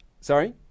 Sorry